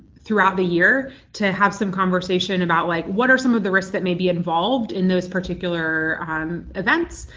throughout the year to have some conversation about like what are some of the risks that may be involved in those particular events,